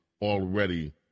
already